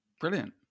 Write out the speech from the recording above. Brilliant